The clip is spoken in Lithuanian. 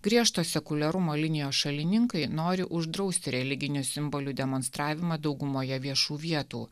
griežto sekuliarumo linijos šalininkai nori uždrausti religinių simbolių demonstravimą daugumoje viešų vietų